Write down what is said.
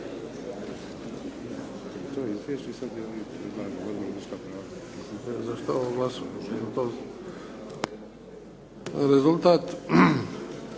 Rezultat?